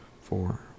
four